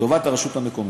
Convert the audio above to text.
לטובת הרשות המקומית.